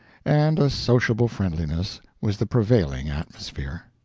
and a sociable friendliness was the prevailing atmosphere.